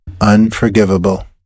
Unforgivable